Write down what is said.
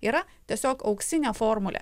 yra tiesiog auksinė formulė